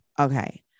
Okay